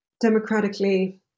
democratically